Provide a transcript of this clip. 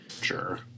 Sure